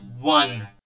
one